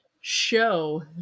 show